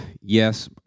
yes